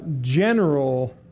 general